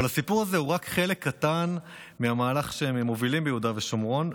אבל הסיפור הזה הוא רק חלק קטן מהמהלך שהם מובילים ביהודה ושומרון,